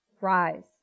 rise